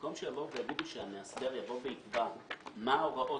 במקום שיגידו שהמאסדר יקבע מה ההוראות